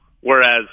Whereas